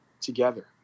together